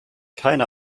keine